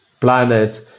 planets